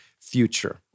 future